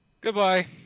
Goodbye